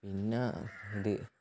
പിന്നെ അത്